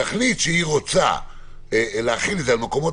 תחליט שהיא רוצה להחיל את זה על מקומות